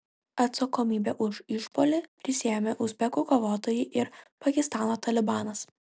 atsakomybę už išpuolį prisiėmė uzbekų kovotojai ir pakistano talibanas